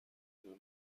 دنیا